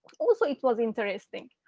also, it was interesting.